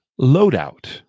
loadout